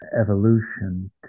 evolution